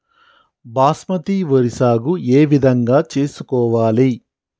బాస్మతి వరి సాగు ఏ విధంగా చేసుకోవాలి?